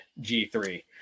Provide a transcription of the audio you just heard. G3